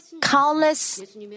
countless